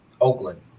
Oakland